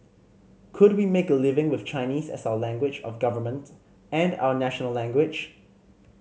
could we make a living with Chinese as our language of government and our national language